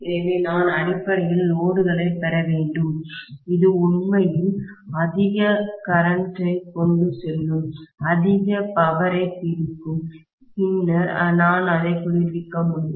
எனவே நான் அடிப்படையில் லோடுகளைப் பெற வேண்டும் இது உண்மையில் அதிக கரண்டை மின்னோட்டத்தைக் கொண்டு செல்லும் அது அதிக பவரை சக்தியைக் பிரிக்கும் பின்னர் நான் அதை குளிர்விக்க முடியும்